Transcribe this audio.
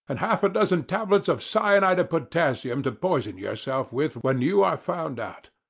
and half a dozen tabloids of cyanide of potassium to poison yourself with when you are found out.